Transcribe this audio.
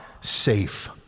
safe